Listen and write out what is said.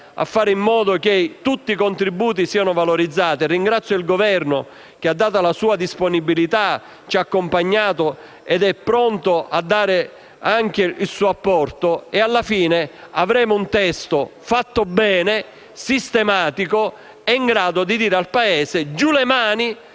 a fare in modo che tutti i contributi siano valorizzati. Ringrazio il Governo che ha dato la sua disponibilità, ci ha accompagnato ed è pronto a dare anche il suo apporto. Alla fine avremo un testo fatto bene, sistematico e in grado di dire al Paese: giù le mani